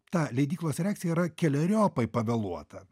ta leidyklos reakcija yra keleriopai pavėluota